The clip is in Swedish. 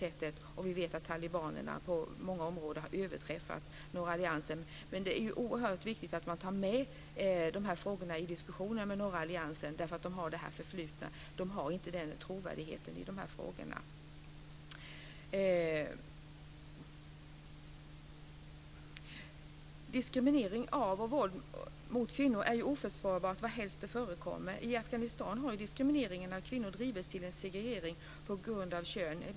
Dessutom vet vi att talibanerna på många områden har överträffat norra alliansen. Det är dock oerhört viktigt att ha med de frågorna i diskussionen med norra alliansen just med tanke på deras förflutna - de har inte trovärdighet i de här frågorna. Diskriminering av och våld mot kvinnor är oförsvarbart varhelst det förekommer. I Afghanistan har diskrimineringen av kvinnor drivits till en segregering på grund av kön.